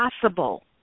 possible